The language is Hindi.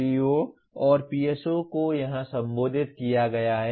PO और PSO को यहां संबोधित किया गया है